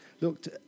looked